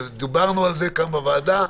דיברנו על זה כאן בוועדה.